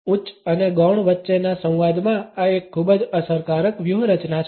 ઉચ્ચ અને ગૌણ વચ્ચેના સંવાદમાં આ એક ખૂબ જ અસરકારક વ્યૂહરચના છે